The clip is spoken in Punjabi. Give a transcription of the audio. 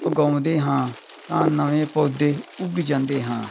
ਉਗਾਉਂਦੇ ਹਾਂ ਤਾਂ ਨਵੇਂ ਪੌਦੇ ਉੱਗ ਜਾਂਦੇ ਹਾਂ